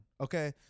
okay